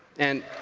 and